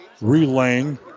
relaying